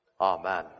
Amen